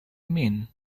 mean